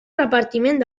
repartiment